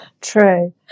True